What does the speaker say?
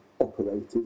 operated